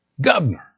Governor